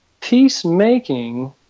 peacemaking